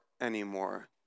anymore